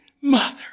mother